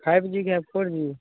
five G है four G है